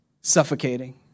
suffocating